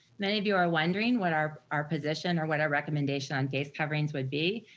many of you are wondering what are our position or what our recommendation on face coverings would be.